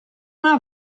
una